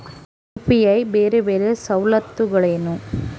UPI ಬೇರೆ ಬೇರೆ ಸವಲತ್ತುಗಳೇನು?